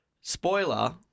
spoiler